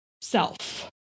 self